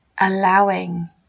allowing